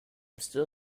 still